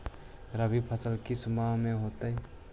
रवि फसल किस माह में होते हैं?